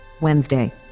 Wednesday